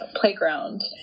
playground